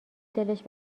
دلش